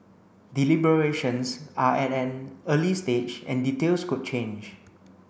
deliberations are at an early stage and details could change